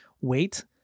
wait